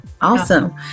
awesome